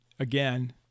again